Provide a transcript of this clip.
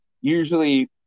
usually